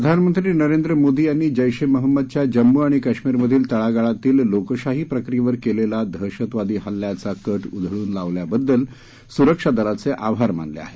प्रधानमंत्री नरेंद्र मोदी यांनी जैश ए मोहम्मद च्या जम्मू आणि काश्मीरमधील तळागाळातील लोकशाही प्रक्रियेवर केलेला दहशतवादी हल्ल्याचा कट उधळून लावल्याबद्दल सुरक्षादलाचे आभार मानले आहेत